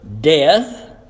death